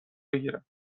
بگیرم